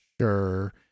sure